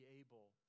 able